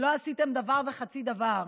לא עשיתם דבר וחצי דבר,